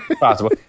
Possible